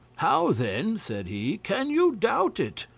how then, said he, can you doubt it?